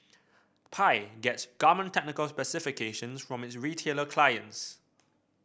pi gets garment technical specifications from its retailer clients